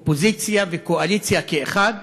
אופוזיציה וקואליציה כאחת,